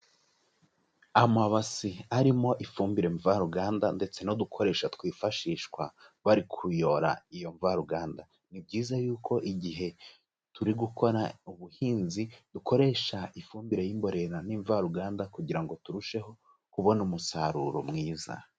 Amabasi arimo ifumbire mvaruganda ndetse n'udukoresho twifashishwa bari kuyora iyo mvaruganda, ni byiza yuko igihe turi gukora ubuhinzi dukoresha ifumbire y'imborera n'ivaruganda, kugira ngo turusheho kubona umusaruro mwiza.